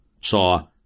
saw